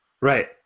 Right